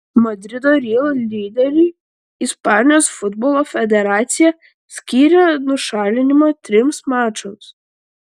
madrido real lyderiui ispanijos futbolo federacija skyrė nušalinimą trims mačams